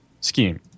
scheme